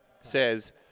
says